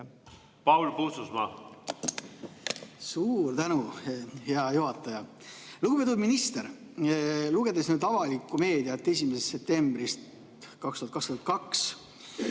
Paul Puustusmaa. Suur tänu, hea juhataja! Lugupeetud minister! Lugedes avalikku meediat 1. septembrist 2022,